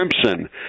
crimson